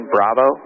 Bravo